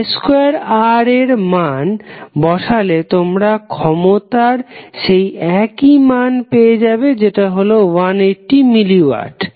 i2R এর মান বসালে তোমরা ক্ষমতার সেই একই মান পেয়ে যাবে যেটা হলো 180 মিলি ওয়াট